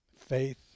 faith